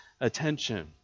attention